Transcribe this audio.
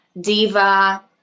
Diva